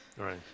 Right